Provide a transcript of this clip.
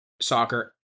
soccer